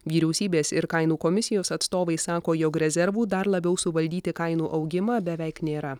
vyriausybės ir kainų komisijos atstovai sako jog rezervų dar labiau suvaldyti kainų augimą beveik nėra